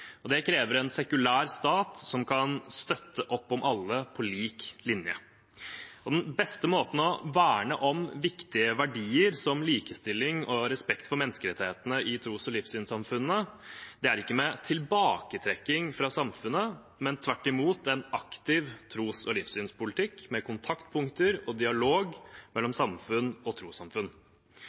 og det krever en sekulær stat som kan støtte opp om alle, på lik linje. Den beste måten å verne om viktige verdier som likestilling og respekt for menneskerettighetene i tros- og livssynssamfunnene på er ikke med tilbaketrekking fra samfunnet, men tvert imot med en aktiv tros- og livssynspolitikk med kontaktpunkter og dialog mellom samfunn og trossamfunn.